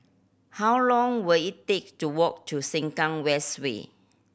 how long will it take to walk to Sengkang West Way